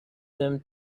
them